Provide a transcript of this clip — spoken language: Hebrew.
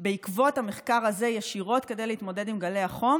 בעקבות המחקר הזה ישירות כדי להתמודד עם גלי החום,